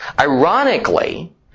Ironically